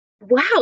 Wow